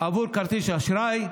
בעבור כרטיס אשראי,